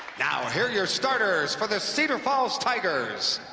now here are your starters for the cedar falls tigers.